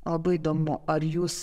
labai įdomu ar jūs